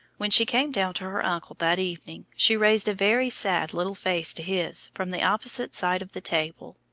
when she came down to her uncle that evening she raised a very sad little face to his from the opposite side of the table.